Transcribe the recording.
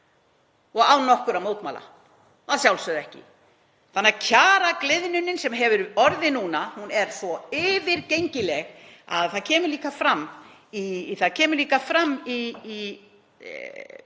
og án nokkurra mótmæla, að sjálfsögðu ekki, þannig að kjaragliðnunin sem hefur orðið núna er svo yfirgengileg að það kemur líka fram í umsögn